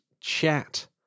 chat